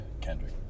Kendrick